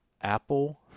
apple